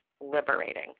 liberating